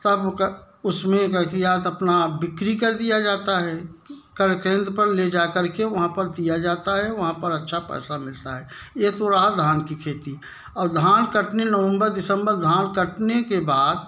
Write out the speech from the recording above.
तब का उसमें क्या किया जाता है अपना बिक्री कर दिया जाता है कल केंद्र पर ले जा कर के वहाँ पर दिया जाता है वहाँ पर अच्छा पैसा मिलता है यह तो रहा धान की खेती और धान कटने नवंबर दिसंबर धान कटने के बाद